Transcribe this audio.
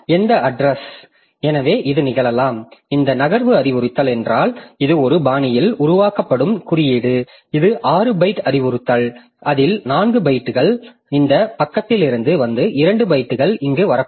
எந்த அட்ரஸ் எனவே இது நிகழலாம் இந்த நகர்வு அறிவுறுத்தல் என்றால் இது ஒரு பாணியில் உருவாக்கப்படும் குறியீடு இது 6 பைட் அறிவுறுத்தல் அதில் 4 பைட்டுகள் இந்த பக்கத்திற்கு வந்து 2 பைட்டுகள் இங்கு வரக்கூடும்